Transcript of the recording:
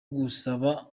gusaba